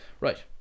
right